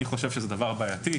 אני חושב שזה דבר בעייתי.